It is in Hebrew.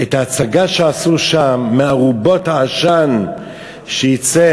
את ההצגה שעשו שם על ארובות העשן שיצא